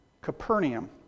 Capernaum